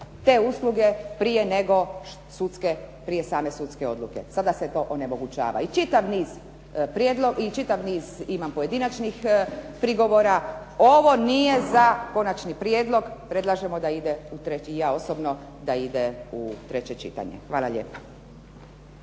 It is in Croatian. te usluge prije same sudske odluke. Sada se to onemogućava. I čitav niz imam pojedinačnih prigovora. Ovo nije za konačni prijedlog. Predlažemo da ide i ja osobno da ide u treće čitanje. Hvala lijepa.